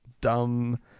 dumb